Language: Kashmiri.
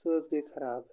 سُہ حظ گٔے خراب